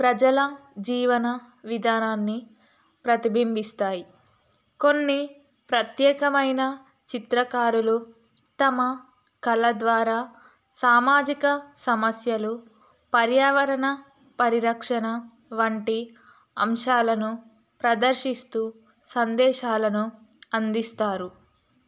ప్రజల జీవన విధానాన్ని ప్రతిబింబిస్తాయి కొన్ని ప్రత్యేకమైన చిత్రకారులు తమ కళ ద్వారా సామాజిక సమస్యలు పర్యావరణ పరిరక్షణ వంటి అంశాలను ప్రదర్శిస్తూ సందేశాలను అందిస్తారు